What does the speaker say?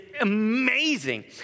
amazing